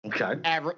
Okay